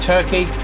Turkey